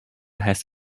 has